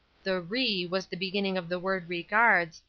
the re was the beginning of the word regards,